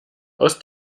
aus